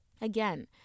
Again